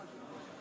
יש נשים,